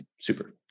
super